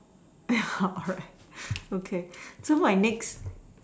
alright okay so my next